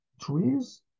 trees